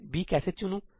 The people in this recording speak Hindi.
मैं 'b' कैसे चुनूं